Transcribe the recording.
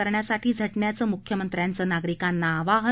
करण्यासाठी झटण्याचं मुख्यमंत्र्यांचं नागरिकांना आवाहन